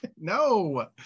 no